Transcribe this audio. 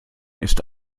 ist